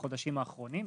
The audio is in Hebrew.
בחודשים האחרונים,